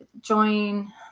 join